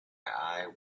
eye